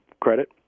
credit